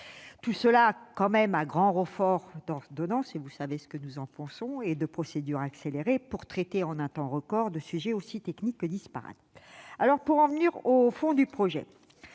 fait, de surcroît, à grand renfort d'ordonnances- vous savez ce que nous en pensons -et de procédure accélérée, afin de traiter en un temps record des sujets aussi techniques que disparates. J'en viens au fond du projet.